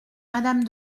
madame